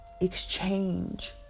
exchange